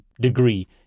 degree